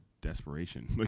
desperation